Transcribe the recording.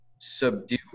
subdue